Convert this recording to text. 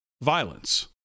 violence